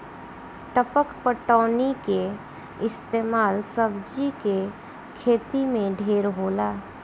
टपक पटौनी के इस्तमाल सब्जी के खेती मे ढेर होला